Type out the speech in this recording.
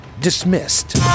Dismissed